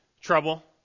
trouble